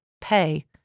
pay